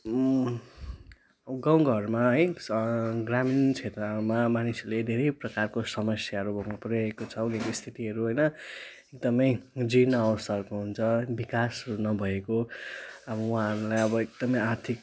गाउँ घरमा है ग्रामीण क्षेत्रहरूमा मानिसहरूले धेरै प्रकारको समस्याहरू भोग्नु परिरहेको छ उनीहरूको स्थितिहरू होइन एकदमै जीर्ण अवस्थाहरूको हुन्छ विकासहरू नभएको अब उहाँहरूलाई अब एकदमै आर्थिक